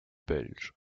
belge